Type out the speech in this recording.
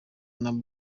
nabo